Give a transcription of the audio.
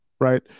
Right